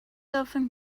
often